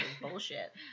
bullshit